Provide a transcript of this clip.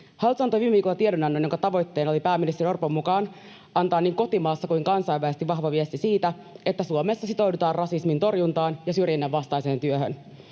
Hallitus antoi viime viikolla tiedonannon, jonka tavoitteena oli pääministeri Orpon mukaan antaa niin kotimaassa kuin kansainvälisesti vahva viesti siitä, että Suomessa sitoudutaan rasismin torjuntaan ja syrjinnän vastaiseen työhön.